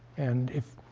and if